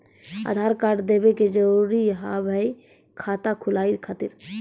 आधार कार्ड देवे के जरूरी हाव हई खाता खुलाए खातिर?